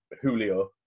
Julio